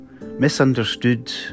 misunderstood